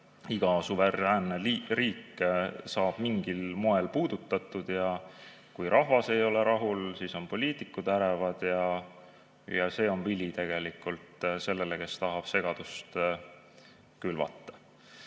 iga suveräänne riik saab mingil moel puudutatud. Ja kui rahvas ei ole rahul, siis on poliitikud ärevad ja see on vili sellele, kes tahab segadust külvata.